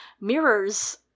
mirrors